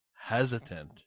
hesitant